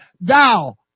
thou